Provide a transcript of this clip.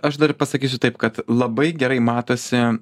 aš dar pasakysiu taip kad labai gerai matosi